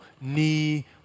knee